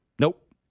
Nope